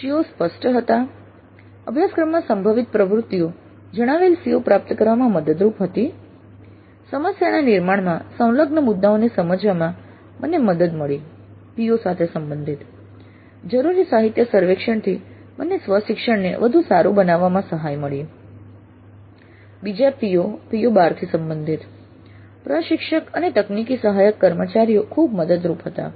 COs સ્પષ્ટ હતા અભ્યાસક્રમમાં સંભવિત પ્રવૃત્તિઓ જણાવેલ COs પ્રાપ્ત કરવામાં મદદરૂપ હતી સમસ્યાના નિર્માણમાં સંલગ્ન મુદ્દાઓને સમજવામાં મને મદદ કરી પીઓ સાથે સંબંધિત જરૂરી સાહિત્ય સર્વેક્ષણેથી મને સ્વ શિક્ષણને વધુ સારું બનાવવામાં સહાય મળી બીજા PO PO12 થી સંબંધિત પ્રશિક્ષક અને તકનીકી સહાયક કર્મચારીઓ ખૂબ મદદરૂપ હતા